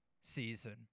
season